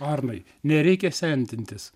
arnai nereikia sendintis